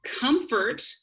comfort